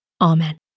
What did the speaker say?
Amen